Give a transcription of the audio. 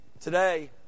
Today